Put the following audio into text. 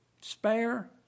Spare